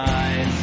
eyes